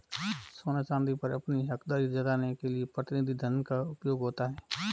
सोने चांदी पर अपनी हकदारी जताने के लिए प्रतिनिधि धन का उपयोग होता है